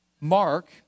Mark